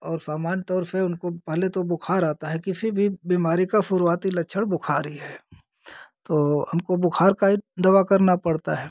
और सामान्य तौर से उनको पहले तो बुखार आता है किसी भी बीमारी का शुरुआती लक्षण बुखार ही है तो हमको बुखार की ही दवा करनी पड़ती है